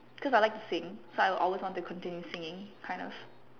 cause I like to sing so I always wanted to continue singing kind of